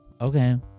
okay